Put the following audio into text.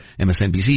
MSNBC